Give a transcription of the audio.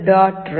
right bulb